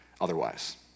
otherwise